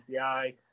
pci